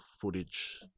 footage